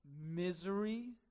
misery